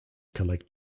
collect